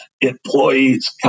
employees